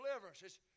deliverance